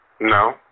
No